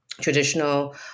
traditional